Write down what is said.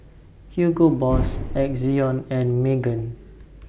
Hugo Boss Ezion and Megan